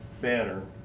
Banner